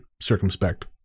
circumspect